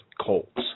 Colts